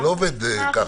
זה לא עובד כך.